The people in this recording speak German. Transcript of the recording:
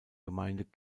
gemeinde